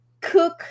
cook